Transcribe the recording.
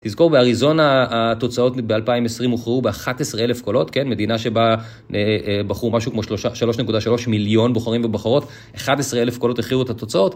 תזכור, באריזונה התוצאות ב-2020 הוכרעו ב-11 אלף קולות, מדינה שבה בחרו משהו כמו 3.3 מיליון בוחרים ובוחרות, 11 אלף קולות הכריעו את התוצאות.